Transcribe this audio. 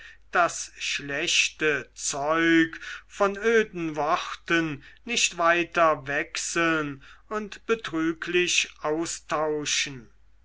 das schlechte zeug von öden worten nicht weiter wechseln und betrieglich austauschen